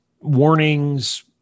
warnings